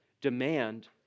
demand